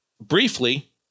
briefly